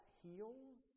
heals